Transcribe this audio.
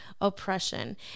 oppression